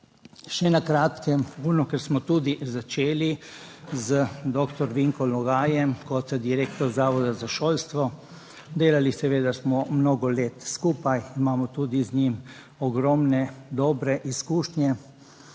Še na kratko, ker smo tudi začeli z doktor Vinko Logajem kot direktor Zavoda za šolstvo. Delali seveda smo mnogo let skupaj, imamo tudi z njim ogromne dobre izkušnje.